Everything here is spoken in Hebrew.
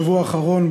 בשבוע האחרון,